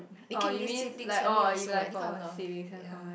it can be siblings family also any kind of love